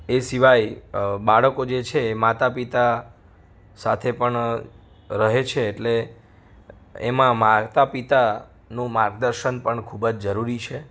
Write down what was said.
એ સિવાય બાળકો જે છે એ માતાપિતા સાથે પણ રહે છે એટલે એમાં માતાપિતાનું માર્ગદર્શન પણ ખૂબ જ જરૂરી છે